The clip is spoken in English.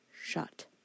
Shut